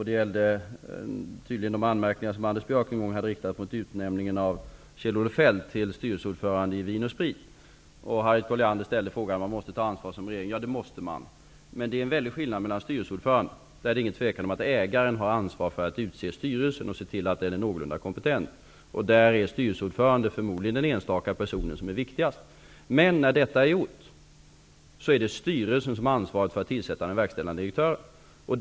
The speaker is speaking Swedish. Det gällde de anmärkningar som Anders Björck hade riktat mot utnämningen av Sprit AB. Harriet Colliander undrade om man måste ta ansvar i regeringsställning. Ja, det måste man. Men det är en väldig skillnad när det gäller styrelseordföranden. Där råder det inget tvivel om att ägaren har ansvar för att utse styrelse och se till att den är någorlunda kompetent. Posten som styrelseordförande är förmodligen viktigast. Men när detta är gjort är det styrelsen som har ansvaret för att tillsätta den verkställande direktören.